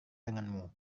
denganmu